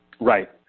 Right